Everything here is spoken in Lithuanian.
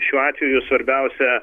šiuo atveju svarbiausia